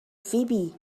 فیبی